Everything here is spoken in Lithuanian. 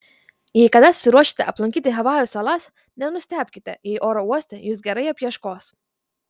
jei kada susiruošite aplankyti havajų salas nenustebkite jei oro uoste jus gerai apieškos